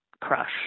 crush